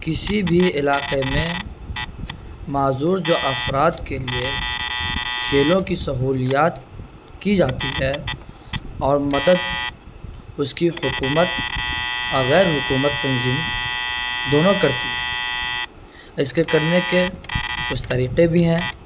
کسی بھی علاقے میں معذور جو افراد کے لیے کھیلوں کی سہولیات کی جاتی ہے اور مدد اس کی حکومت غیرحکومت تنظیم دونوں کرتی ہے اس کے کرنے کے کچھ طریقے بھی ہیں